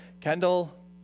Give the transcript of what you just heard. Kendall